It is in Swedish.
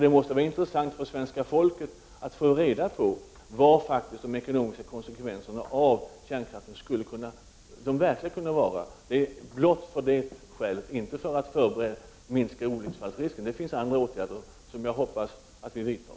Det måste vara intressant för svenska folket att få reda på vilka de ekonomiska konsekvenserna av kärnkraften verkligen kunde vara. Det är blott av det skälet beräkningarna skulle göras, inte för att förebygga olycksrisker. För det ändamålet finns det andra åtgärder som jag hoppas kommer att vidtas.